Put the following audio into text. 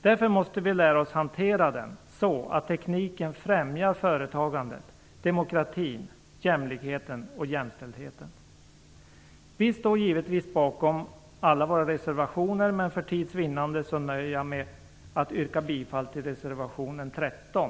Därför måste vi lära oss att hantera den, så att tekniken främjar företagandet, demokratin, jämlikheten och jämställdheten. Vi står givetvis bakom alla våra reservationer men för tids vinnande nöjer jag mig med att yrka bifall till reservationen 13.